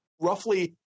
roughly